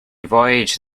voyaged